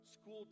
School